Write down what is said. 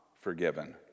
forgiven